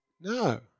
no